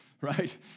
right